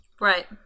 Right